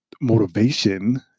motivation